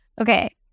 Okay